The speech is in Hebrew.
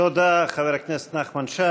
תודה, חבר הכנסת נחמן שי.